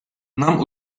нам